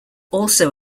also